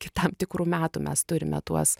iki tam tikrų metų mes turime tuos